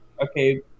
okay